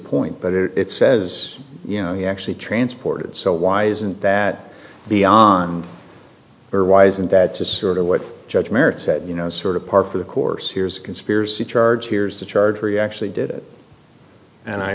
point but it says you know he actually transported so why isn't that beyond or why isn't that just sort of what judge merritt said you know sort of par for the course here is conspiracy charge here is the charge he actually did it and i